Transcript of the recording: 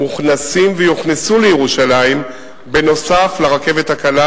מוכנסים ויוכנסו לירושלים נוסף על הרכבת הקלה